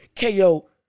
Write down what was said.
KO